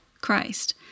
Christ